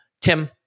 Tim